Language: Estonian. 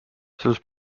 selles